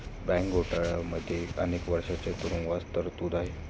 bank घोटाळ्यांमध्येही अनेक वर्षांच्या तुरुंगवासाची तरतूद आहे